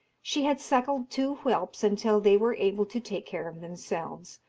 she had suckled two whelps until they were able to take care of themselves.